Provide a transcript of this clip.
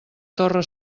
torre